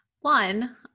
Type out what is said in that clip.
One